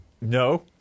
No